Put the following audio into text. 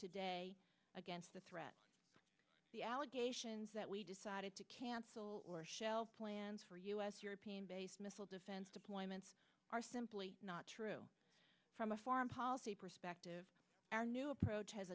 today against the threat the allegations that we decided to cancel plans for us european based missile defense deployments are simply not true from a foreign policy perspective our new approach has